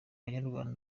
banyarwanda